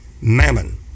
mammon